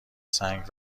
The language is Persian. سنگ